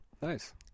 Nice